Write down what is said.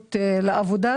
אפשרות לעבודה,